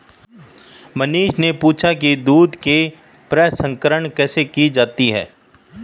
मनीष ने पूछा कि दूध के प्रसंस्करण कैसे की जाती है?